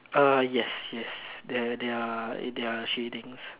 uh yes yes there there're there're shadings